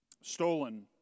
stolen